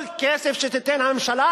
כל כסף שתיתן הממשלה,